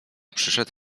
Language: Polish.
przyszedł